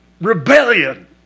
rebellion